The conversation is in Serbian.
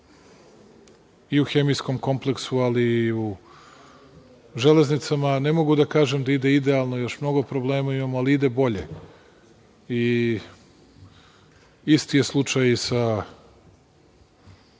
i u hemijskom kompleksu, ali i u železnicama, ne mogu da kažem da idealno, još mnogo problema imamo, ali ide bolje. Isti je slučaj i sa